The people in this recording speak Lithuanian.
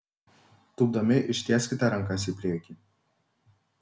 tūpdami ištieskite rankas į priekį